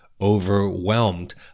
overwhelmed